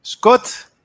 Scott